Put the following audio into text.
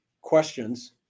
questions